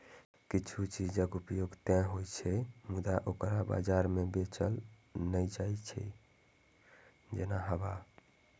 किछु चीजक उपयोग ते होइ छै, मुदा ओकरा बाजार मे बेचल नै जाइ छै, जेना हवा